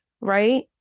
right